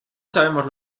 sabemos